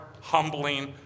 humbling